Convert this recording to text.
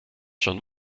schon